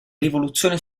rivoluzione